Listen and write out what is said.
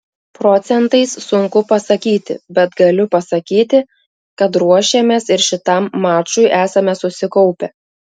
procentais sunku pasakyti bet galiu pasakyti kad ruošėmės ir šitam mačui esame susikaupę